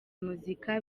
muzika